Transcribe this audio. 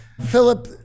Philip